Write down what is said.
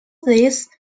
this